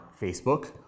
Facebook